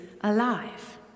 alive